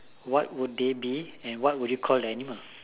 what would they be and what would you call the animal